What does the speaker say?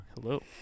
Hello